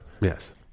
Yes